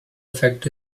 effect